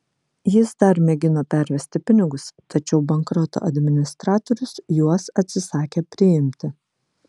jis dar mėgino pervesti pinigus tačiau bankroto administratorius juos atsisakė priimti